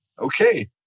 okay